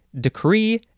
decree